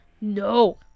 No